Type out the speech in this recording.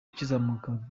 ukizamuka